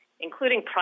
including